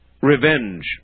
revenge